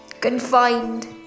Confined